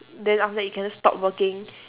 then after that you can just stop working